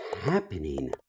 happening